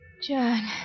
John